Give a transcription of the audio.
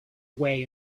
way